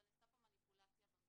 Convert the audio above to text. אבל נעשתה פה מניפולציה במספרים.